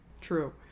True